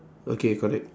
okay correct